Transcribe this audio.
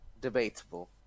debatable